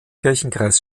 kirchenkreis